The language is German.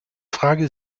frage